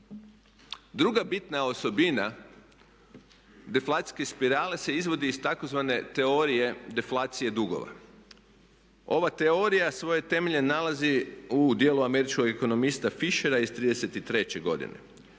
Druga bitna osobina deflacijske spirale se izvodi iz tzv. teorije deflacije dugova. Ova teorija svoje temelje nalazi u dijelu američkog ekonomista Fishera iz '33. godine.